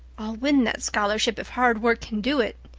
i'll win that scholarship if hard work can do it,